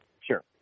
sure